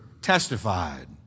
testified